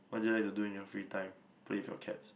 what do you like to do in your free time play with your cats